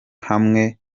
hamwe